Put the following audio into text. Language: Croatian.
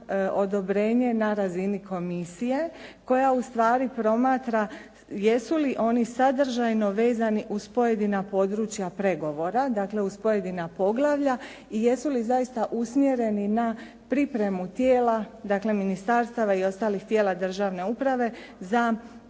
odobrenje na razini komisije koja ustvari promatra jesu li oni sadržajno vezani uz pojedina područja pregovora, dakle uz pojedina poglavlja i jesu li zaista usmjereni na pripremu tijela, dakle ministarstava i ostalih tijela državne uprave za ulazak